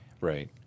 Right